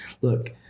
Look